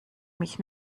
mich